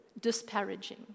disparaging